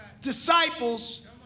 disciples